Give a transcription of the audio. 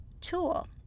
tool